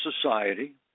Society